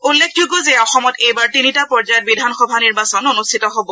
উল্লেখযোগ্য যে অসমত এইবাৰ তিনিটা পৰ্যায়ত বিধানসভা নিৰ্বাচন অন্ঠিত হ'ব